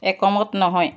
একমত নহয়